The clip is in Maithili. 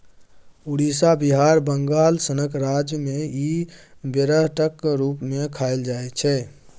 उड़ीसा, बिहार, बंगाल सनक राज्य मे इ बेरहटक रुप मे खाएल जाइ छै